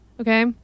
Okay